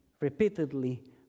repeatedly